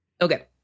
Okay